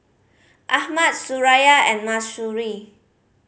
Ahmad Suraya and Mahsuri